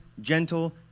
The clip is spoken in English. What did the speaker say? gentle